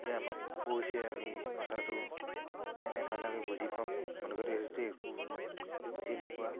যে আমাক কৈছে আমি কথাটো কেনেধৰণে আমি বুজি পাম তোমালোকেতো সেইটো একো বুজি নোপোৱা